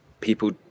people